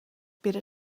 better